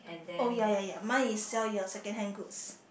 oh ya ya ya mine is sell your secondhand goods